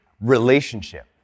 relationship